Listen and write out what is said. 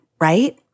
right